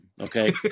okay